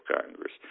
Congress